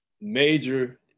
major